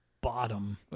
bottom